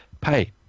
Pay